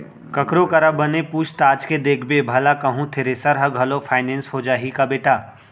ककरो करा बने पूछ ताछ के देखबे भला कहूँ थेरेसर ह घलौ फाइनेंस हो जाही का बेटा?